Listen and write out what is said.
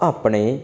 ਆਪਣੇ